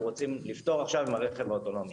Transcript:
רוצים לפתור עכשיו עם הרכב האוטונומי.